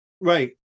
Right